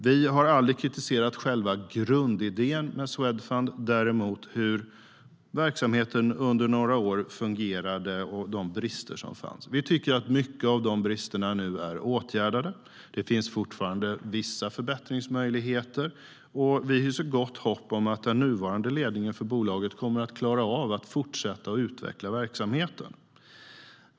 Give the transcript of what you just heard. Vi har aldrig kritiserat själva grundidén med Swedfund, däremot hur verksamheten under några år fungerade och de brister som fanns. Vi tycker att mycket av de bristerna nu är åtgärdade. Det finns fortfarande vissa förbättringsmöjligheter, och vi hyser gott hopp om att den nuvarande ledningen för bolaget kommer att klara av att fortsätta att utveckla verksamheten.